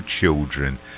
children